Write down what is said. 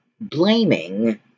blaming